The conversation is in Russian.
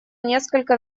несколько